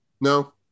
No